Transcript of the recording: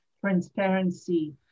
transparency